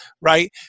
right